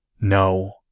No